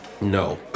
No